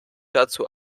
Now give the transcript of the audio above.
dazu